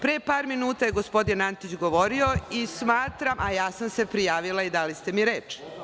Pre par minuta je gospodin Antić govorio, a ja sam se prijavila i dali ste mi reč.